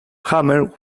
hammer